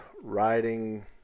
riding